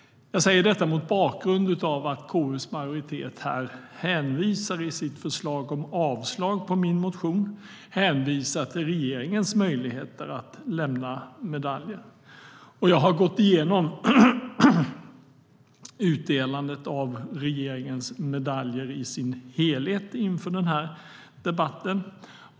Jag säger detta mot bakgrund av att KU:s majoritet i sitt förslag till avslag på min motion hänvisar till regeringens möjligheter att lämna medaljer. Inför den här debatten har jag gått igenom utdelandet av regeringens medaljer i sin helhet.